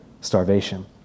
starvation